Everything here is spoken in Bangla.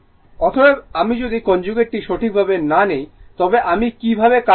অতএব আমি যদি কনজুগেটটি সঠিকভাবে না নিই তবে আমি কীভাবে কারেন্ট পাব